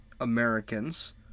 Americans